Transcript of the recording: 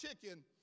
chicken